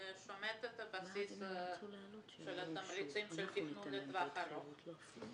זה שומט את הבסיס של התמריצים של תכנון לטווח ארוך.